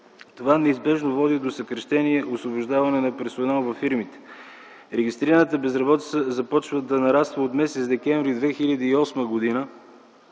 Това неизбежно води до съкращение, освобождаване на персонал във фирмите. Регистрираната безработица започва да нараства от м. декември 2008 г.